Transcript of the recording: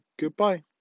goodbye